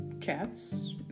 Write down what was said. cats